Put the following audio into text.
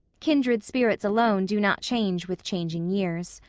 kindred spirits alone do not change with changing years.